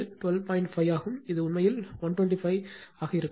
5 ஆகும் இது உண்மையில் 125 ஆக இருக்கும்